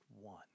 one